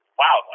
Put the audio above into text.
wow